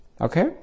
okay